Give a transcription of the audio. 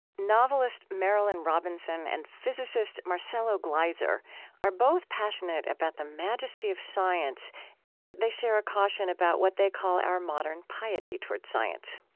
novelist marilynne robinson and physicist marcelo gleiser are both passionate about the majesty of science and they share a caution about what they call our modern piety towards science.